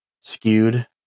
skewed